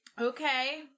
okay